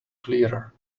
clearer